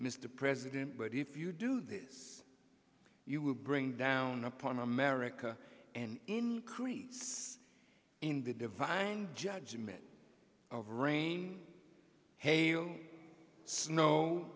mr president but if you do this you will bring down upon america an increase in the divine judgment of rain hail